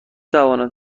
توانم